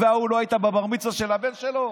וההוא, לא היית בבר-המצווה של הבן שלו?